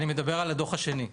אני מדבר על הדו"ח השני.